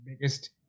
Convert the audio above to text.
biggest